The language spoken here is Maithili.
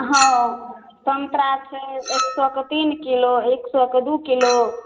हँ सन्तरा छै एक सएके तीन किलो एक सएके दू किलो